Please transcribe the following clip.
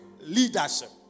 leadership